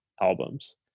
albums